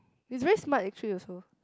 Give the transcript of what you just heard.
he's very smart actually also